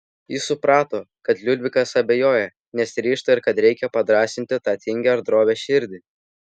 ji suprato kad liudvikas abejoja nesiryžta ir kad reikia padrąsinti tą tingią ar drovią širdį